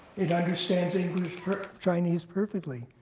it understands chinese perfectly.